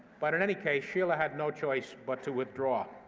but in any case, sheila had no choice but to withdraw.